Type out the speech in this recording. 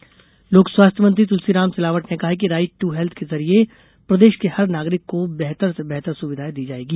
right to health लोक स्वास्थ्य मंत्री तुलसीराम सिलावट ने कहा कि राइट टू हेल्थ के जरिए प्रदेश के हर नागरिक को बेहतर से बेहतर सुविधायें दी जायेंगी